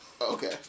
Okay